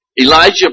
Elijah